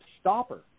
stopper